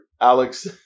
Alex